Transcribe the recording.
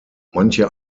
manche